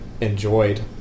enjoyed